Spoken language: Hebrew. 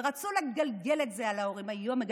ורצו לגלגל את זה על ההורים.